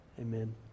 Amen